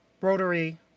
rotary